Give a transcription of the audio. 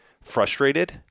frustrated